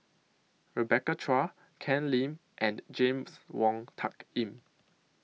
Rebecca Chua Ken Lim and James Wong Tuck Yim